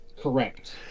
correct